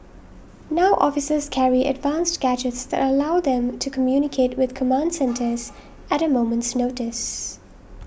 now officers carry advanced gadgets that allow them to communicate with command centres at a moment's notice